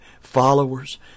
followers